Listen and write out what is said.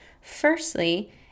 firstly